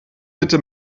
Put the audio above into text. bitte